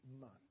month